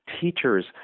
teachers